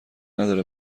نداره